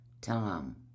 Tom